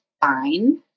fine